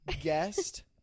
guest